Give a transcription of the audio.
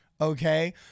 Okay